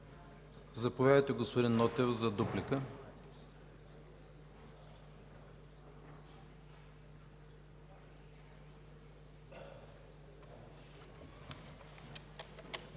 Заповядайте, господин Нотев, за дуплика.